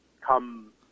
come